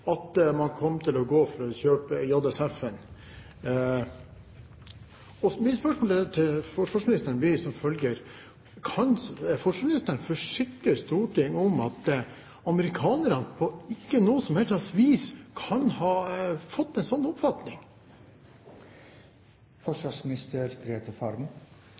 at man kom til å gå for kjøp av JSF-en. Mitt spørsmål til forsvarsministeren blir som følger: Kan forsvarsministeren forsikre Stortinget om at amerikanerne ikke på noe helst vis kan ha fått en slik oppfatning?